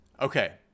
Okay